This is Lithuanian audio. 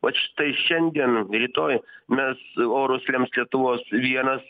vat štai šiandien rytoj mes orus lems lietuvos vienas